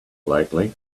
lately